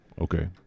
Okay